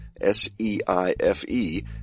S-E-I-F-E